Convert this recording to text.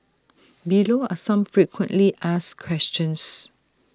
below are some frequently asked questions